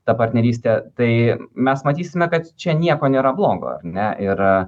ta partnerystė tai mes matysime kad čia nieko nėra blogo ne yra